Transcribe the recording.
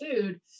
food